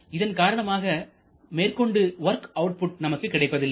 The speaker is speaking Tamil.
இதன் காரணமாக மேற்கொண்டு வொர்க் அவுட்புட் நமக்கு கிடைப்பதில்லை